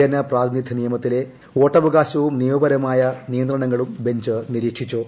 ജനപ്രാതിനിധ്യ നിയമ പ്രകാരമുള്ള വോട്ടവകാശവും നിയമപരമായ നിയന്ത്രണങ്ങളും ബഞ്ച് നിരീക്ഷിച്ചു